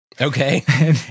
Okay